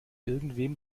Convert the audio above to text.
irgendwem